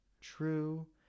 true